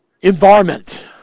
environment